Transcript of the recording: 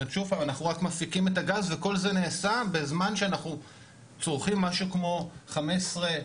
אנחנו רק מפיקים את הגז וכל זה נעשה בזמן שאנחנו צורכים משהו כמו 15%